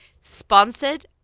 sponsored